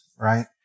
right